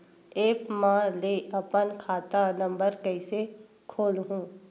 App म ले अपन खाता नम्बर कइसे खोलहु?